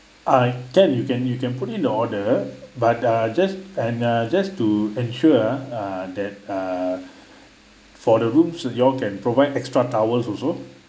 ah can you can you can put in the order but uh just and uh just to ensure ah uh that uh for the rooms you all can provide extra towels also